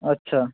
আচ্ছা